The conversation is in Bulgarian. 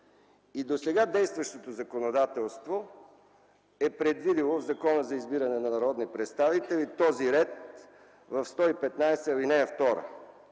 И досега действащото законодателство е предвидило в Закона за избиране на народни представители този ред в чл. 115, ал. 2.